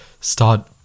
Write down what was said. start